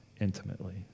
intimately